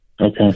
Okay